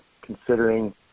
considering